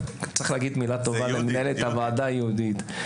צריך להגיד מילה טובה למנהלת הוועדה יהודית.